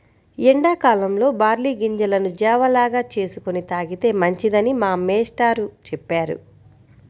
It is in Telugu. ఎండా కాలంలో బార్లీ గింజలను జావ లాగా చేసుకొని తాగితే మంచిదని మా మేష్టారు చెప్పారు